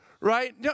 right